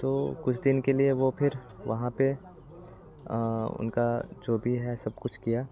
तो कुछ दिन के लिए वो फिर वहाँ पे उनका जो भी है सब कुछ किया